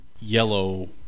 yellow